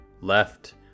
left